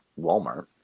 Walmart